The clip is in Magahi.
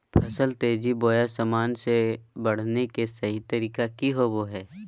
फसल तेजी बोया सामान्य से बढने के सहि तरीका कि होवय हैय?